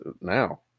now